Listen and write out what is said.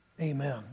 Amen